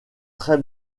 très